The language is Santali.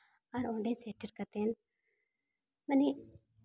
ᱟᱨ ᱚᱸᱰᱮ ᱥᱮᱴᱮᱨ ᱠᱟᱛᱮ ᱢᱟᱱᱮ